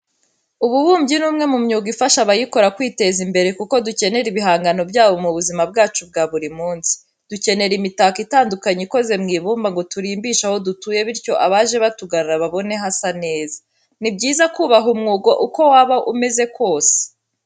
Ububumbyi ni umwe mu myuga ifasha abayikora kwiteza imbere kuko dukenera ibihangano byabo mu buzima bwacu bwa buri munsi. Dukenera imitako itandukanye ikoze mu ibumba ngo turimbishe aho dutuye bityo abaje batugana babone hasa neza. Ni byiza kubaha umwuga uko waba umeze kose.